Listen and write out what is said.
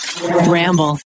Ramble